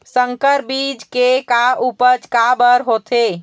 संकर बीज के जादा उपज काबर होथे?